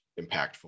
impactful